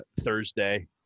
Thursday